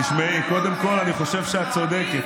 תשמעי, קודם כול אני חושב שאת צודקת.